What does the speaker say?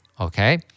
Okay